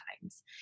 times